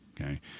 Okay